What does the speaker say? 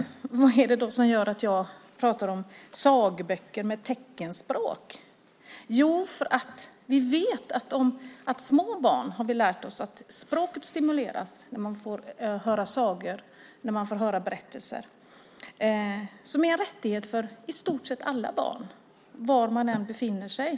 Vad är det som gör att jag talar om sagoböcker på teckenspråk? Vi har lärt oss om små barn att språket stimuleras när de får höra sagor och berättelser. Det är en rättighet för i stort sett alla barn var de än befinner sig.